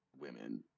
women